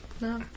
No